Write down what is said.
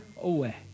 away